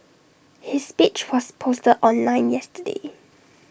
his speech was posted online yesterday